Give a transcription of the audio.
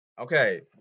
Okay